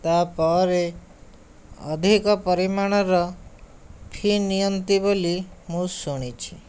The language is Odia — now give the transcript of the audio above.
ତା'ପରେ ଅଧିକ ପରିମାଣର ଫି ନିଅନ୍ତି ବୋଲି ମୁଁ ଶୁଣିଛି